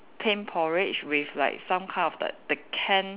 plain porridge with like some kind of the the can